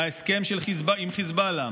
מההסכם עם חיזבאללה,